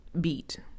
Beat